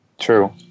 True